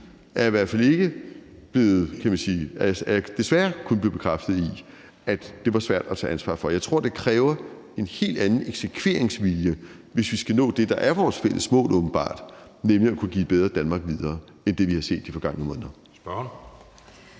den tidligere regering. Så indtil nu er jeg desværre kun blevet bekræftet i, at det var svært at tage ansvar for. Jeg tror, det kræver en helt anden eksekveringsvilje, hvis vi skal nå det, der åbenbart er vores fælles mål, nemlig at kunne give et bedre Danmark videre end det, vi har set de forgangne måneder.